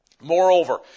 Moreover